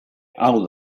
hau